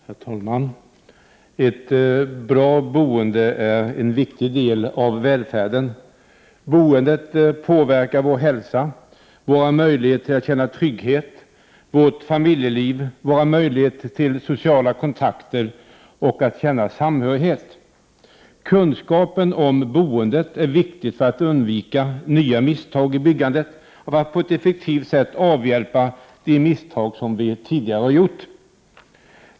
Herr talman! Ett bra boende är en viktig del av välfärden. Boendet påverkar vår hälsa, våra möjligheter att känna trygghet, vårt familjeliv och våra möjligheter till sociala kontakter och känslan av samhörighet. Kunskapen om boendet är viktig för att undvika nya misstag i byggandet och för att på ett effektivt sätt avhjälpa de misstag som vi tidigare har gjort.